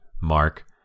mark